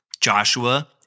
Joshua